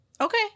Okay